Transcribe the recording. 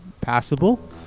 passable